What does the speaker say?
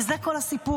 וזה כל הסיפור,